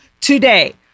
today